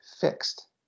fixed